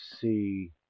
see